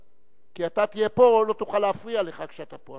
כי כשאתה תהיה פה לא תוכל להפריע לך כשאתה פה,